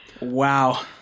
Wow